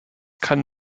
kann